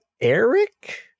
Eric